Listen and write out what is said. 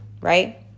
right